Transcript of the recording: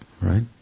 right